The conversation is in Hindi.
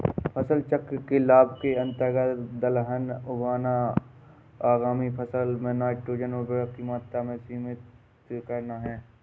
फसल चक्र के लाभ के अंतर्गत दलहन उगाना आगामी फसल में नाइट्रोजन उर्वरक की मात्रा को सीमित करता है